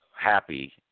happy